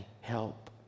help